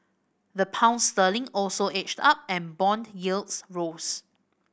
the Pound sterling also edged up and bond yields rose